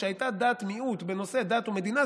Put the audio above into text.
כשהייתה דעת מיעוט בנושא דת ומדינה,